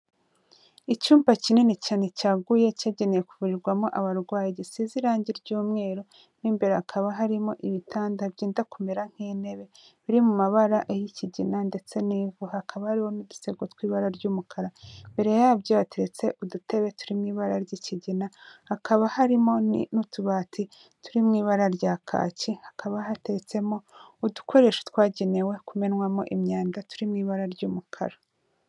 Icyumba kinini cyane cyaguye, cyagenewe kuvurirwamo abarwayi gisize irangi ry'umweru, mo imbere hakaba harimo ibitanda byenda kumera nk'intebe biri mu mabara ay'ikigina ndetse n'ivu. Hakaba hariho n'udusego tw'ibara ry'umukara, imbere yabyo hateretse udutebe turi mu ibara ry'ikigina, hakaba harimo n'utubati turi mu ibara rya kaki, hakaba hateretsemo udukoresho twagenewe kumenwamo imyanda turi mu ibara ry'umukara.